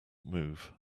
move